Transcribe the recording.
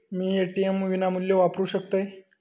मी ATM विनामूल्य वापरू शकतय?